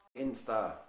Insta